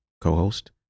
co-host